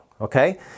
okay